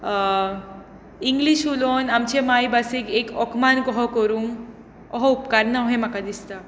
English उलोवन आमचे मायभाशेक एक अपमान कसो करून असो उपकारना अशें म्हाका दिसता